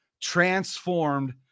transformed